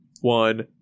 one